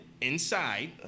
inside